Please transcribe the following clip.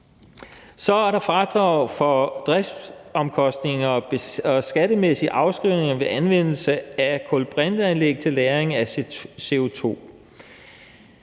Så er der fradrag for driftsomkostninger og skattemæssige afskrivninger ved anvendelse af kulbrinteanæg til lagring af CO2.